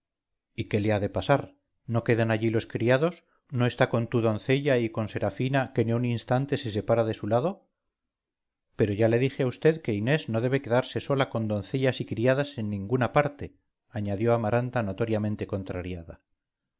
y qué le ha de pasar no quedan allí los criados no está con tu doncella y con serafina que ni un instante se separa de su lado pero ya le dije a vd que inés no debe quedarse sola con doncellas y criadas en ninguna parte añadió amaranta notoriamente contrariada